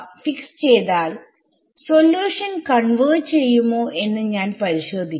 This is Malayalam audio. ഫിക്സ് ചെയ്താൽ സൊല്യൂഷൻ കൺവെർജ് ചെയ്യുമോ എന്ന് ഞാൻ പരിശോധിക്കും